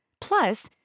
Plus